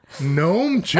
Gnome